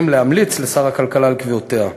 יתאפשר להמליץ לשר הכלכלה על קביעותיה.